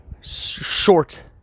short